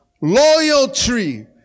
Loyalty